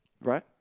right